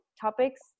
topics